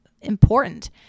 important